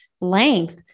length